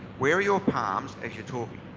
where are your palms as you're talking?